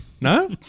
No